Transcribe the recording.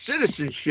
citizenship